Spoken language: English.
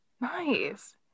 Nice